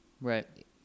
Right